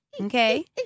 Okay